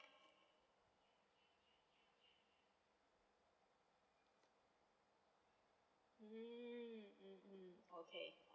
mm mm mm okay